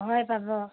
হয় পাব